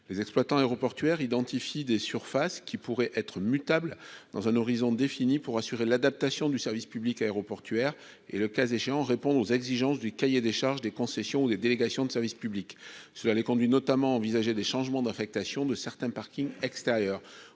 les exploitants aéroportuaires identifie des surfaces qui pourrait être MUTAP dans un horizon défini pour assurer l'adaptation du service public aéroportuaire et, le cas échéant, répondre aux exigences du cahier des charges des concessions des délégations de service public, cela les conduit notamment envisager des changements d'affectation de certains parkings extérieurs,